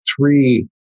three